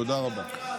תודה רבה.